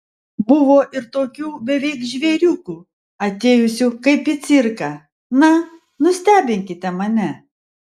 buvo ir tokių beveik žvėriukų atėjusių kaip į cirką na nustebinkite mane